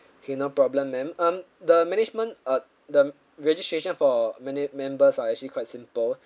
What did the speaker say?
okay no problem ma'am um the management uh the registration for mem~ members are actually quite simple